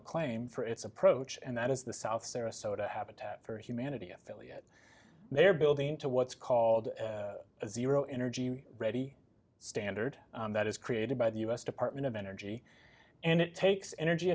acclaim for its approach and that is the south sarasota habitat for humanity affiliate they are building to what's called a zero energy ready standard that is created by the u s department of energy and it takes energy